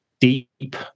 deep